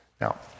Now